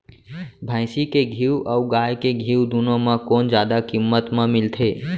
भैंसी के घीव अऊ गाय के घीव दूनो म कोन जादा किम्मत म मिलथे?